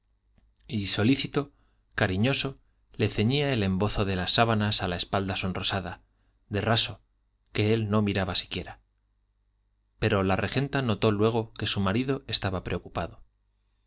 y solícito cariñoso le ceñía el embozo de las sábanas a la espalda sonrosada de raso que él no miraba siquiera pero la regenta notó luego que su marido estaba preocupado